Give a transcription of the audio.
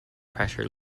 pressure